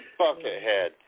Buckethead